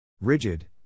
Rigid